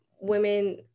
women